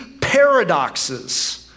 paradoxes